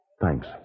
Thanks